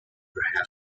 abraham